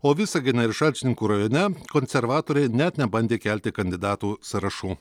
o visagino ir šalčininkų rajone konservatoriai net nebandė kelti kandidatų sąrašų